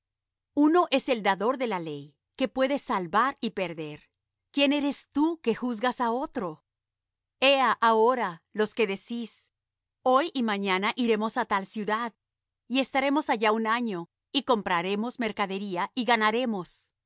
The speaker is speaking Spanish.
uno es el dador de la ley que puede salvar y perder quién eres tú que juzgas á otro ea ahora los que decís hoy y mañana iremos á tal ciudad y estaremos allá un año y compraremos mercadería y ganaremos